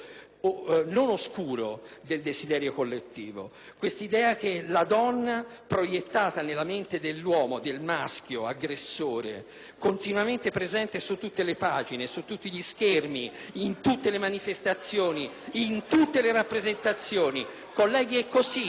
non oscuro del desiderio collettivo; questa idea che la donna, proiettata nella mente dell'uomo, del maschio aggressore, continuamente presente su tutte le pagine, su tutti gli schermi, in tutte le manifestazioni, in tutte le rappresentazioni...